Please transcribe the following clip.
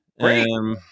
right